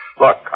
Look